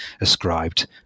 ascribed